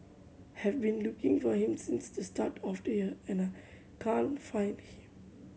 have been looking for him since the start of the year and I can't find him